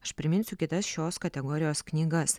aš priminsiu kitas šios kategorijos knygas